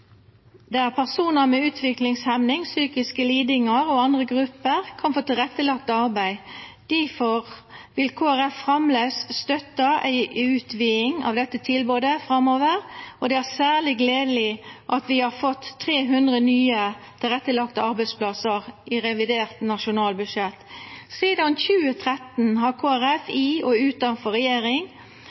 personar med utviklingshemming eller psykiske lidingar og andre grupper kan få tilrettelagt arbeid. Difor vil Kristeleg Folkeparti støtta ei utviding av dette tilbodet framover. Det er særleg gledeleg at vi har fått 300 nye tilrettelagde arbeidsplassar i revidert nasjonalbudsjett. Sidan 2013 har Kristeleg Folkeparti i og utanfor regjering